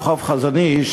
רחוב חזון-אי"ש,